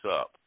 up